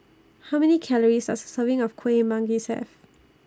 How Many Calories Does A Serving of Kueh Manggis Have